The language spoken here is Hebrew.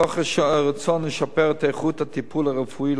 מתוך רצון לשפר את איכות הטיפול הרפואי,